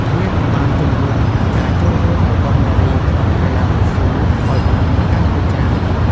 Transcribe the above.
វាក៏បានជំរុញការចូលរួមរបស់នារីក្នុងកីឡាវ៉ូស៊ូឲ្យបានកាន់តែច្រើន។